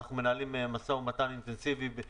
אנחנו מנהלים משא ומתן אינטנסיבי עם